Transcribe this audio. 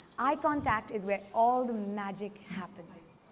eye contact is where all the magic happens.